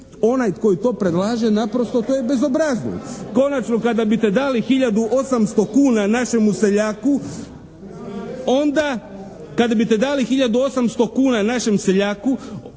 Onaj koji to predlaže naprosto to je bezobrazluk. Konačno, kada biste dali 1800 kuna našemu seljaku onda kada biste dali 1800 kuna našem seljaku